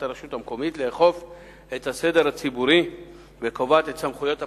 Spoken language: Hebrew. הרשות המקומית לאכוף את הסדר הציבורי וקובעת את סמכויות הפקחים.